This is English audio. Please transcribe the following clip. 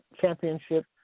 championship